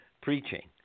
preaching